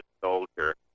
soldier